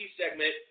segment